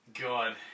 God